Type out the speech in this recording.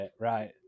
Right